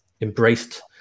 embraced